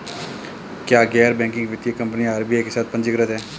क्या गैर बैंकिंग वित्तीय कंपनियां आर.बी.आई के साथ पंजीकृत हैं?